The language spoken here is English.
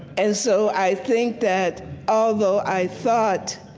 and so i think that although i thought